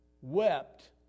wept